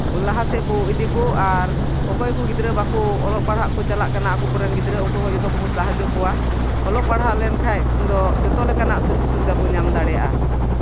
ᱞᱟᱦᱟ ᱥᱮᱜ ᱵᱚ ᱤᱫᱤ ᱠᱚ ᱟᱨ ᱚᱠᱚᱭ ᱠᱚ ᱜᱤᱫᱽᱨᱟᱹ ᱚᱞᱚᱜ ᱯᱟᱲᱦᱟᱜ ᱠᱚ ᱪᱟᱞᱟᱜ ᱠᱟᱱᱟ ᱩᱱᱠᱩ ᱦᱚᱸ ᱡᱚᱛᱚ ᱜᱮᱵᱚ ᱥᱟᱦᱟᱡᱽ ᱡᱚ ᱠᱚᱣᱟ ᱚᱞᱚᱜ ᱯᱟᱲᱦᱟᱜ ᱞᱮᱱᱠᱷᱟᱡ ᱫᱚ ᱡᱚᱛᱚ ᱞᱮᱠᱟᱱᱟᱜ ᱥᱩᱡᱳᱜᱽ ᱥᱩᱵᱤᱫᱷᱟ ᱵᱚᱱ ᱧᱟᱢ ᱫᱟᱲᱮᱭᱟᱜᱼᱟ